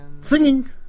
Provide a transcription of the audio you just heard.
singing